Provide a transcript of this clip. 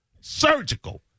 surgical